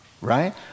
Right